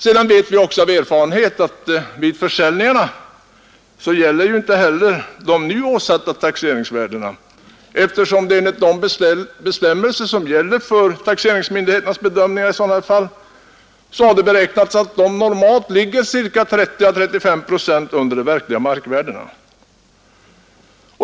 Vi vet också av erfarenhet att vid försäljningarna gäller inte heller de nu åsatta taxeringsvärdena, eftersom de enligt de bestämmelser som gäller för taxeringsmyndigheternas bedömning normalt ligger 30-35 procent under de verkliga markvärdena.